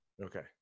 okay